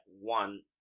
one